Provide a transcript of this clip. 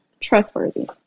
trustworthy